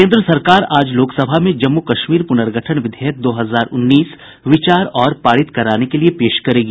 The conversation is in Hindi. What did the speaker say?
केन्द्र सरकार आज लोकसभा में जम्मू कश्मीर पुनर्गठन विधेयक दो हजार उन्नीस विचार और पारित कराने के लिए पेश करेगी